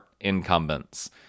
incumbents